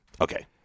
Okay